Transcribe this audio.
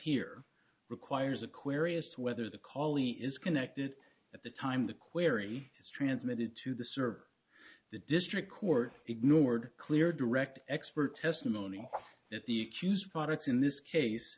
here requires a query as to whether the colley is connected at the time the query is transmitted to the server the district court ignored clear direct expert testimony that the accused products in this case